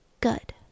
good